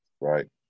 Right